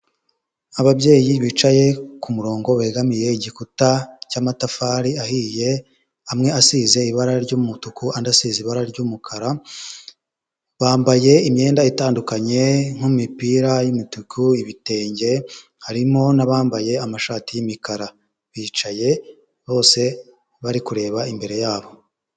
Ababyeyi bicaye ku murongo, begamiye igikuta cy'amatafari ahiye, amwe asize ibara ry'umutuku, andi asize ibara ry'umukara, bambaye imyenda itandukanye nk'imipira y'imituku, ibitenge, harimo n'abambaye amashati y'imikara. Bicaye bose bari kureba imbere yabo.